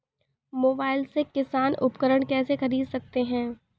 Mobile से किसान उपकरण कैसे ख़रीद सकते है?